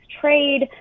trade